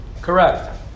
Correct